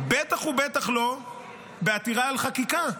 בטח ובטח לא בעתירה על חקיקה.